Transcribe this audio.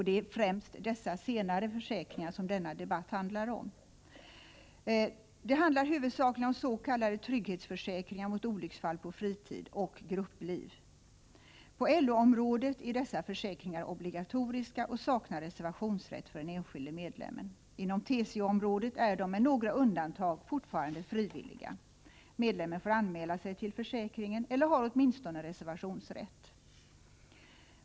Det är främst dessa senare som denna debatt handlar om. Det handlar huvudsakligen om s.k. trygghetsförsäkringar mot olycksfall på fritid och grupplivförsäkringar. På LO-området är dessa försäkringar obligatoriska och saknar reservationsrätt för den enskilde medlemmen. Inom TCO-området är de med några undantag fortfarande frivilliga — medlemmen får anmäla sig till försäkringen eller har åtminstone reservationsrätt.